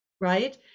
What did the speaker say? Right